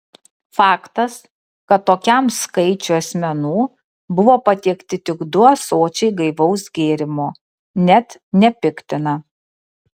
faktas kad tokiam skaičiui asmenų buvo patiekti tik du ąsočiai gaivaus gėrimo net nepiktina